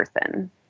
person